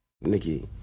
Nikki